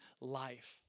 life